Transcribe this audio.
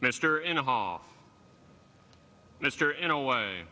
mr in the hall mr in away